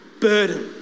burden